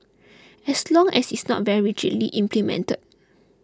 as long as it's not very rigidly implemented